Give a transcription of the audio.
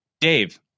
Dave